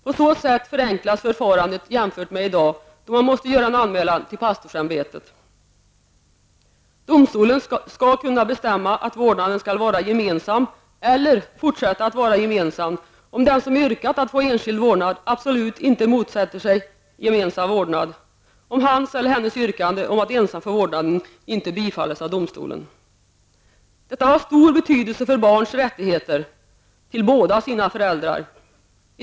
På så sätt förenklas förfarandet jämfört med i dag, då man måste göra en anmälan till pastorsämbetet. Domstolen skall kunna bestämma att vårdnaden skall vara gemensam, eller fortsätta att vara gemensam, om den som yrkat att få enskild vårdnad absolut inte motsätter sig gemensam vårdnad i det fall hans eller hennes yrkande om att ensam få vårdnaden inte bifalles av domstolen. Detta har stor betydelse för barnens rättigheter till båda sina föräldrar.